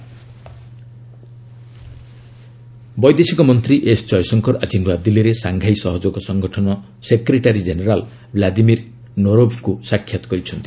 କ୍ଷଣକ୍କର ବୈଦେଶିକ ମନ୍ତ୍ରୀ ଏସ୍ ଜୟଶଙ୍କର ଆକି ନୂଆଦିଲ୍ଲୀରେ ସାଙ୍ଘାଇ ସହଯୋଗ ସଙ୍ଗଠନ ସେକ୍ରେଟାରୀ ଜେନେରାଲ୍ ବ୍ଲାଦିମିର୍ ନୋରୋବ୍ଙ୍କୁ ସାକ୍ଷାତ୍ କରିଛନ୍ତି